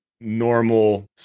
normal